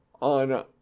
on